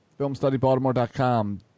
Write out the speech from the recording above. filmstudybaltimore.com